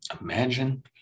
imagine